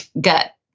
gut